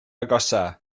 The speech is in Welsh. agosaf